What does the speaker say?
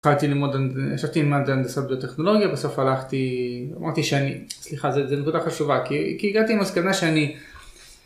החלטתי ללמוד, עשיתי מדע, הנדסה וטכנולוגיה, בסוף הלכתי, אמרתי שאני, סליחה, זו נקודה חשובה, כי הגעתי למסקנה שאני